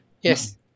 Yes